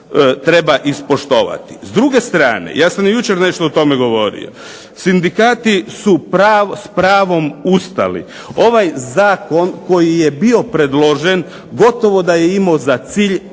treba ispoštovati. S druge strane, ja sam i jučer nešto o tome govorio, sindikati su s pravom ustali. Ovaj zakon koji je bio predložen gotovo da je imao za cilj